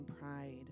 pride